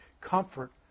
comfort